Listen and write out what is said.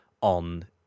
on